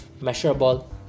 measurable